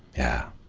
yeah.